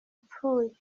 apfuye